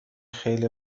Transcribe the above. خیلی